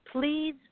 Please